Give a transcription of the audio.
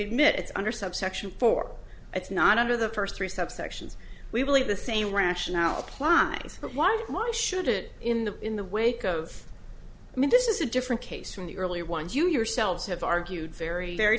it's under subsection four it's not under the first three subsections we believe the same rationale apply but why why should it in the in the wake of i mean this is a different case from the earlier ones you yourselves have argued very very